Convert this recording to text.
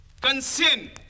consent